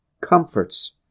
comforts